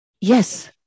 yes